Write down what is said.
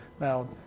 Now